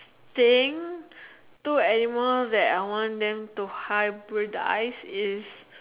think two animals that I want them to hybridize is